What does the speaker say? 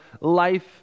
life